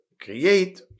create